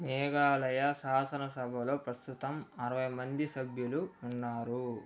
మేఘాలయ శాసనసభలో ప్రస్తుతం అరవై మంది సభ్యులు ఉన్నారు